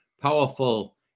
powerful